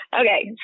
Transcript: Okay